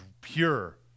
pure